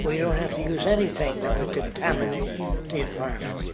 we don't have to use anything that would contaminate the environment.